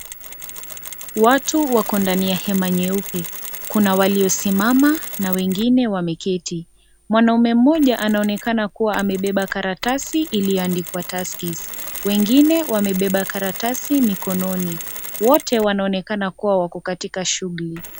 Watu wako ndani ya hema nyeupe. Kuna waliosimama na wengine wameketi. Mwanaume mmoja, anaonekana kuwa amebeba karatasi iliyoandikwa Tuskys. Wengine wamebeba karatasi mikononi. Wote wanaonekana kuwa katika shughuli.